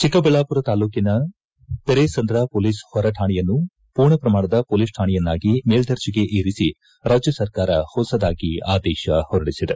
ಚಕ್ಕಬಳ್ಳಾಮರ ತಾಲೂಕಿನ ಪೆರೇಸಂದ್ರ ಪೊಲೀಸ್ ಹೊರಡಾಣೆಯನ್ನು ಪೂರ್ಣಪ್ರಮಾಣದ ಪೊಲೀಸ್ ಕಾಣೆಯನ್ನಾಗಿ ಮೇಲ್ವರ್ಜೆಗೇರಿಸಿ ರಾಜ್ಯ ಸರ್ಕಾರ ಹೊಸದಾಗಿ ಆದೇಶ ಹೊರಡಿಸಿದೆ